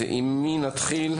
עם מי נתחיל?